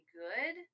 good